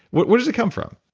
where does it come from?